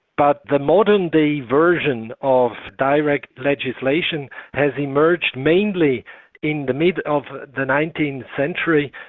but the modern-day version of direct legislation has emerged mainly in the middle of the nineteenth century,